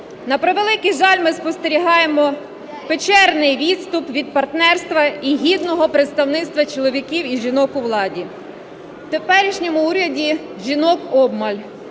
На превеликий жаль, ми спостерігаємо печерний відступ від партнерства і гідного представництва чоловіків і жінок у владі. В теперішньому уряді жінок обмаль,